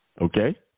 Okay